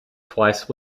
twice